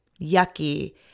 yucky